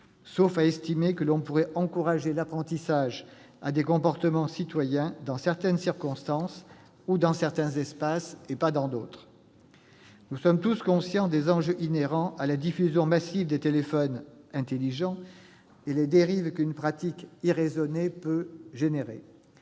sauf à estimer que l'on pourrait encourager l'apprentissage des comportements citoyens dans certaines circonstances ou dans certains espaces, et pas dans d'autres. Nous sommes tous conscients des enjeux inhérents à la diffusion massive des téléphones « intelligents » et des dérives qu'une pratique irraisonnée peut engendrer